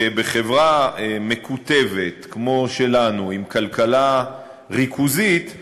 שבחברה מקוטבת כמו שלנו, עם כלכלה ריכוזית,